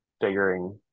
figuring